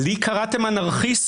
לי קראתם אנרכיסט?